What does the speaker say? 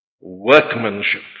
workmanship